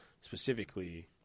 specifically